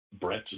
brett